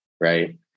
Right